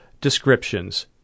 descriptions